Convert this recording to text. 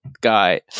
guy